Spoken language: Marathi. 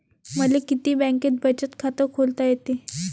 मले किती बँकेत बचत खात खोलता येते?